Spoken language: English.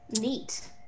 neat